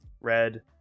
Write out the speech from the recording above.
red